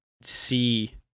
see